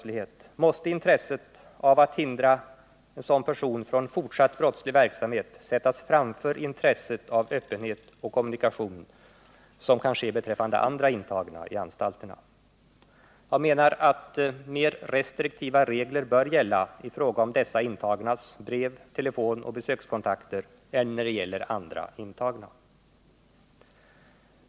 När det gäller sådana personer måste intresset av att hindra dem från fortsatt brottslig verksamhet sättas framför intresset av öppenhet och kommunikation, som kan ske beträffande andra intagna på anstalterna. Jag menar att mer restriktiva regler bör gälla i fråga om dessa intagnas brev-, telefonoch besökskontakter än när det gäller andra intagna.